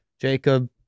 Jacob